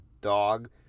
dog